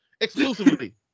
exclusively